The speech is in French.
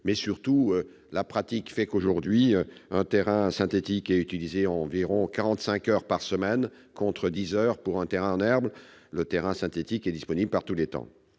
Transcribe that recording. Surtout, en pratique, un terrain synthétique est utilisé environ 45 heures par semaine, contre 10 heures pour un terrain en herbe- le terrain synthétique est disponible par tous les temps.